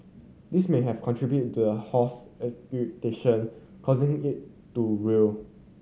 this may have contributed to a horse agitation causing it to real